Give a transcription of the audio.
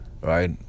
right